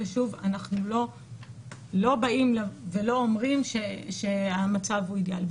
אנחנו לא אומרים שהמצב הוא אידיאלי.